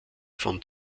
von